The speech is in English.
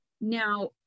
Now